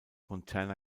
montana